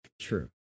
True